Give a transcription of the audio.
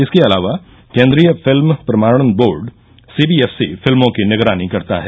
इसके अलावा केंद्रीय फिल्म प्रमाणन बोर्ड सीबीएफसी फिल्मों की निगरानी करता है